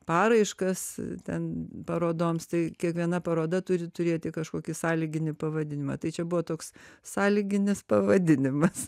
paraiškas ten parodoms tai kiekviena paroda turi turėti kažkokį sąlyginį pavadinimą tai čia buvo toks sąlyginis pavadinimas